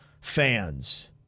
fans